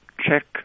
check